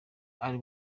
ari